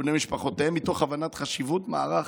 ובני משפחותיהם מתוך הבנת חשיבות מערך